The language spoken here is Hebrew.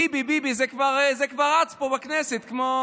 טיבי-ביבי, זה כבר רץ פה בכנסת כמו